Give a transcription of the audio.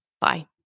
Bye